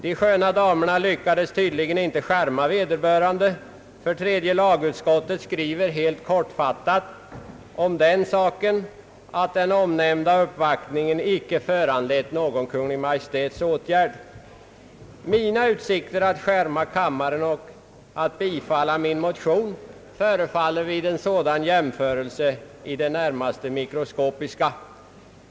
De sköna damerna lyckades tydligen inte charma vederbörande, för tredja lagutskottet skriver helt kortfattat om den saken, att den omnämnda uppvaktningen icke föranlett någon Kungl. Maj:ts åtgärd. Mina utsikter att charma kammaren att bifalla min motion, förefallar vid en sådan jämförelse i det närmaste mikroskopiska.